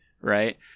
right